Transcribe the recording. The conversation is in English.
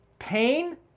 pain